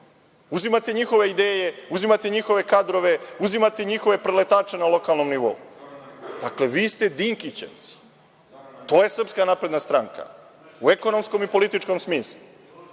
Uzimate njihove ideje, uzimate njihove kadrove, uzimate njihove preletače na lokalnom nivou. Dakle, vi ste dinkićevci, to je SNS, u ekonomskom i političkom smislu.